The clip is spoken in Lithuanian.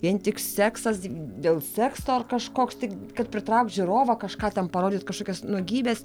vien tik seksas dėl sekso ar kažkoks tik kad pritraukt žiūrovą kažką ten parodyt kažkokias nuogybes